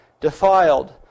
defiled